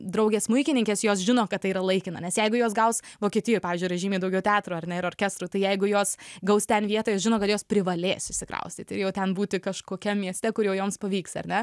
draugės smuikininkės jos žino kad tai yra laikina nes jeigu jos gaus vokietijoj pavyzdžiui yra žymiai daugiau teatro ar ne ir orkestrų tai jeigu jos gaus ten vietą jos žino kad jos privalės išsikraustyti ir jau ten būti kažkokiam mieste kur jau joms pavyks ar ne